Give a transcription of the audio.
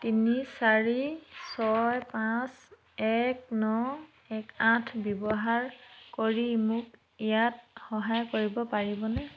তিনি চাৰি ছয় পাঁচ এক ন এক আঠ ব্যৱহাৰ কৰি মোক ইয়াত সহায় কৰিব পাৰিবনে